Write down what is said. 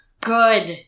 Good